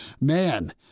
man